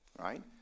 right